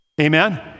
amen